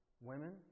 women